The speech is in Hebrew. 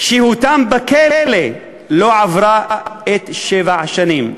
שהותם בכלא לא עברה את שבע השנים.